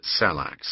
salax